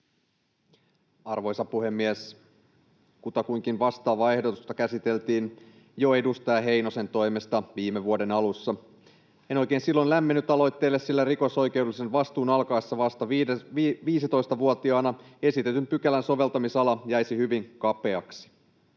Arvoisa puhemies! Kutakuinkin vastaavaa ehdotusta käsiteltiin jo edustaja Heinosen toimesta viime vuoden alussa. En silloin oikein lämmennyt aloitteelle, sillä rikosoikeudellisen vastuun alkaessa vasta 15-vuotiaana esitetyn pykälän soveltamisala jäisi hyvin kapeaksi.